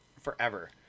forever